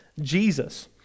Jesus